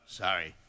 sorry